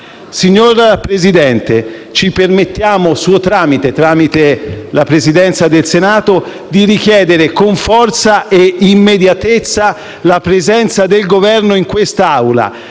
Signor Presidente, ci permettiamo, tramite la Presidenza del Senato, di richiedere con forza e immediatezza la presenza del Governo in quest’Aula